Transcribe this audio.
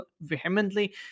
vehemently